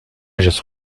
just